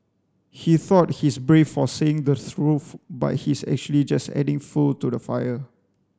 he thought he's brave for saying the truth but he's actually just adding fuel to the fire